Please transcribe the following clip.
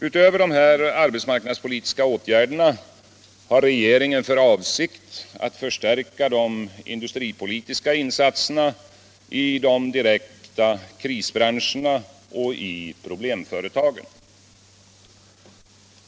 Utöver dessa arbetsmarknadspolitiska åtgärder har regeringen för avsikt att förstärka de industripolitiska insatserna i de direkta krisbranscherna och i problemföretagen.